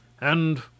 And